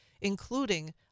including